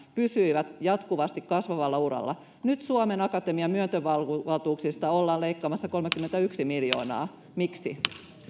pysyivät jatkuvasti kasvavalla uralla nyt suomen akatemian myöntövaltuuksista ollaan leikkaamassa kolmekymmentäyksi miljoonaa miksi